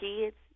kids